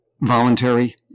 voluntary